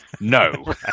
No